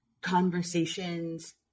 conversations